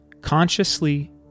Consciously